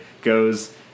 goes